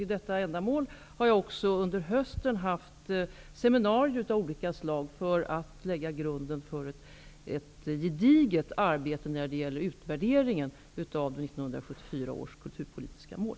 För detta ändamål har jag också under hösten haft seminarier av olika slag, för att lägga grunden för ett gediget arbete när det gäller utvärderingen av 1974 års kulturpolitiska mål.